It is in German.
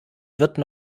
wird